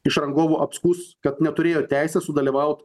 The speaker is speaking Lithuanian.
iš rangovų apskųs kad neturėjo teisės sudalyvaut